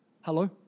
Hello